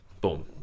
boom